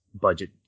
budget